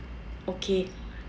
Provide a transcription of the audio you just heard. okay